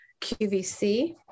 QVC